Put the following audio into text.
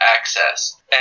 access